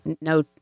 no